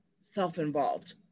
self-involved